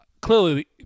clearly